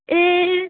ए